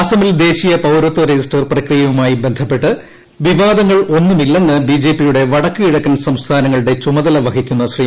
അസ്സമിൽ ദേശീയ പൌരത്വ രജിസ്റ്റർ പ്രക്രിയയുമായി ബന്ധപ്പെട്ട് വിവാദങ്ങളൊന്നുമില്ലെന്ന് ബിജെപിയുടെ വടക്ക് ്കിഴക്കൻ സംസ്ഥാനങ്ങളുടെ പ്രു്മതല വഹിക്കുന്ന ശ്രീ